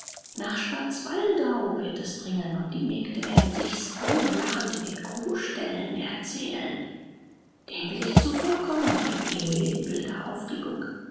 nach schwarzwaldau wird es dringen und die mägde werden sich's hohnlachend in den kuhställen erzählen dem will ich zuvor kommen rief emil in wilder aufregung